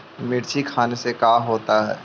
मिर्ची खाने से का होता है?